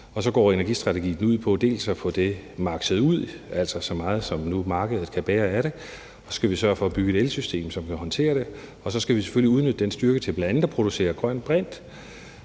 og så går energistrategien ud på at få det maksimeret, altså så meget, som nu markedet kan bære det. Og så skal vi sørge for at bygge et elsystem, som kan håndtere det, og så skal vi selvfølgelig udnytte den styrke til bl.a. at producere grøn brint,